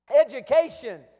education